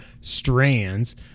strands